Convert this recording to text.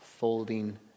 Folding